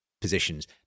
positions